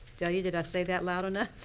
delia, did i say that loud enough?